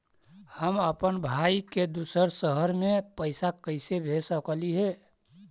हम अप्पन भाई के दूसर शहर में पैसा कैसे भेज सकली हे?